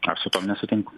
aš su tuom nesutinku